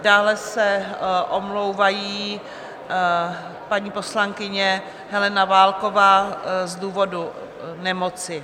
Dále se omlouvá paní poslankyně Helena Válková z důvodu nemoci.